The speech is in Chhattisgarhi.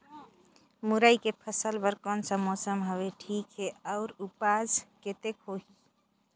मुरई के फसल बर कोन सा मौसम हवे ठीक हे अउर ऊपज कतेक होही?